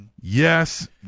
Yes